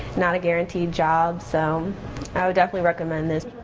not a guaranteed job, so i would definitely recommend this.